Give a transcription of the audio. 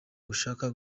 ushaka